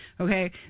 okay